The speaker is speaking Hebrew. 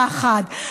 די לפוליטיקה של פחד,